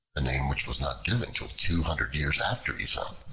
a name which was not given till two hundred years after aesop,